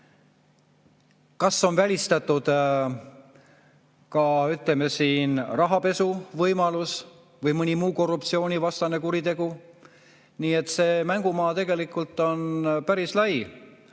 Kas on välistatud ka, ütleme, rahapesu võimalus või mõni muu korruptsioonikuritegu? Nii et see mängumaa tegelikult on päris lai.